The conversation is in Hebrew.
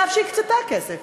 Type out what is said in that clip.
אף שהקצתה כסף,